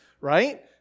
right